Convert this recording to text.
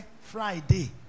Friday